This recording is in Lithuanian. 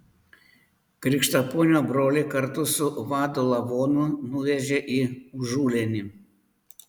krikštaponio brolį kartu su vado lavonu nuvežė į užulėnį